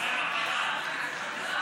לא,